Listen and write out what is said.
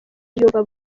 yumva